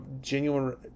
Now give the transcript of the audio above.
genuine